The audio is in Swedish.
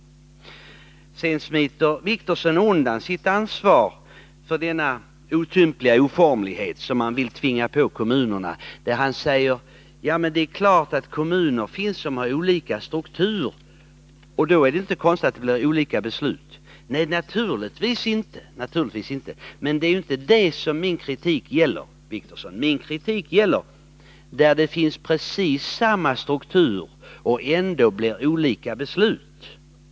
Torsdagen den Sedan smiter Åke Wictorsson undan sitt ansvar för denna otympliga 10 december 1981 oformlighet som man vill påtvinga kommunerna, när han säger: Det är klart att det finns kommuner med olika struktur, och då är det inte konstigt att det Lag om spridning blir olika beslut. Nej, naturligtvis inte! Men det är inte det som min kritik av bekämpnings gäller. Min kritik gäller att det finns kommuner med precis samma struktur, medel över skogs men som ändå fattar olika beslut.